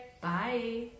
Bye